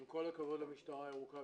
עם כל הכבוד למשטרה הירוקה,